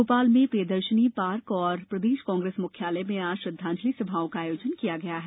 भोपाल में प्रियदर्शनी पार्क और प्रदेश कांग्रेस मुख्यालय में आज श्रद्धांजलि सभाओं का आयोजन किया गया है